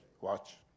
Watch